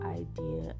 idea